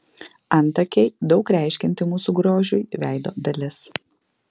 antakiai daug reiškianti mūsų grožiui veido dalis